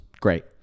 Great